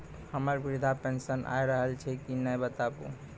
हमर वृद्धा पेंशन आय रहल छै कि नैय बताबू?